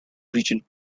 region